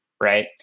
right